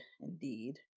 indeed